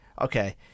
Okay